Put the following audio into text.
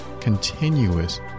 continuous